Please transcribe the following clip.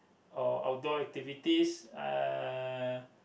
or outdoor activities uh